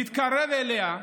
מתקרב אליה,